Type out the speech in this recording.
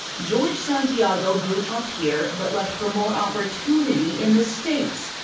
george santiago grew up here, but left for more opportunity in the states.